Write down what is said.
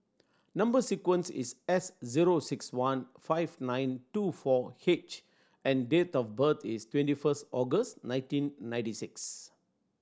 number sequence is S zero six one five nine two four H and date of birth is twenty first August nineteen ninety six